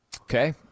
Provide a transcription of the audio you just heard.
Okay